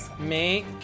Make